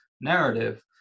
narrative